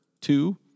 two